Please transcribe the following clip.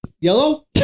Yellow